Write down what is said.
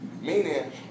meaning